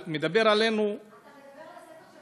מדבר עלינו, אתה מדבר על הספר של פרופ' ישראלי?